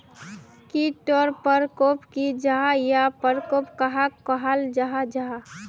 कीट टर परकोप की जाहा या परकोप कहाक कहाल जाहा जाहा?